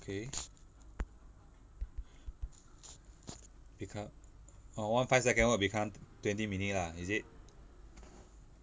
okay become orh one five second work become twenty minute lah is it